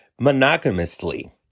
monogamously